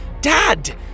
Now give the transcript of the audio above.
Dad